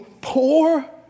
poor